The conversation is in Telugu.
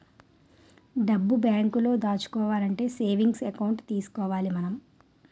డబ్బు బేంకులో దాచుకోవాలంటే సేవింగ్స్ ఎకౌంట్ తీసుకోవాలి మనం